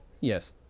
Yes